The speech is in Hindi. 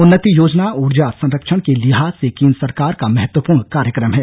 उन्नति योजना ऊर्जा संरक्षण के लिहाज से केंद्र सरकार का महत्वपूर्ण कार्यक्रम है